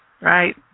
Right